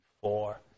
four